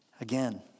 Again